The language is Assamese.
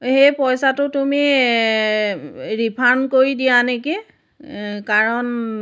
সেই পইচাটো তুমি ৰিফাণ্ড কৰি দিয়া নেকি কাৰণ